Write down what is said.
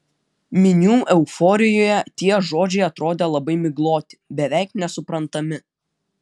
minių euforijoje tie žodžiai atrodė labai migloti beveik nesuprantami